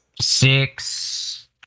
six